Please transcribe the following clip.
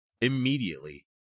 immediately